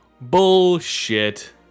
Bullshit